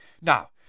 Now